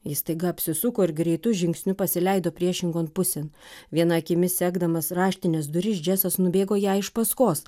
ji staiga apsisuko ir greitu žingsniu pasileido priešingon pusėn viena akimi sekdamas raštinės duris džesas nubėgo jai iš paskos